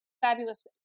fabulous